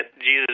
Jesus